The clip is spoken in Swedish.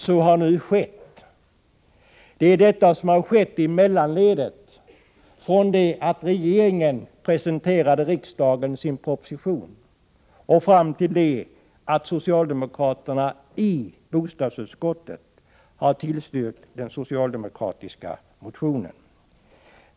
Så har nu skett i mellanledet, från det att regeringen presenterade riksdagen sin proposition och fram till det att socialdemokraterna i bostadsutskottet tillstyrkt den socialdemokratiska motionen.